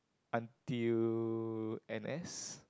until N_S